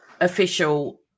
official